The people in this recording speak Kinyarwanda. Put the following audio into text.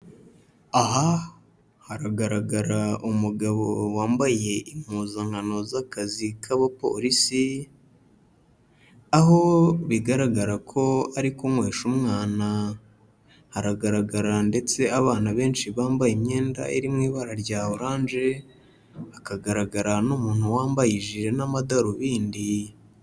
Aha haragaragara, umugabo wambaye impuzankano z'akazi k'abapolisi, aho bigaragara ko ari kunywesha umwana, haragaragara ndetse abana benshi bambaye imyenda iri mu ibara rya oranje, hakagaragara n'umuntu wambaye ijire n'amadarubindi.